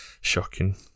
Shocking